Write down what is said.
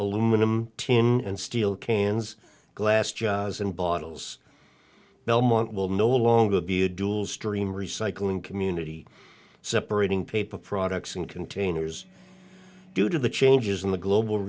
aluminum tin and steel cans glass jars and bottles belmont will no longer be a dual stream recycling community separating paper products in containers due to the changes in the global